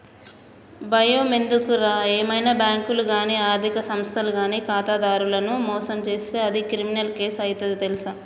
బయమెందుకురా ఏవైనా బాంకులు గానీ ఆర్థిక సంస్థలు గానీ ఖాతాదారులను మోసం జేస్తే అది క్రిమినల్ కేసు అయితది తెల్సా